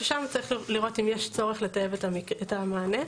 אנחנו שם גם ביום חמישי,